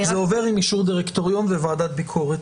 זה עובר עם אישור דירקטוריון וועדת ביקורת.